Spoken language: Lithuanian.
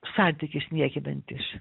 santykis niekinantis